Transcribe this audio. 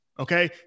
Okay